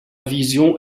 vision